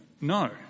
No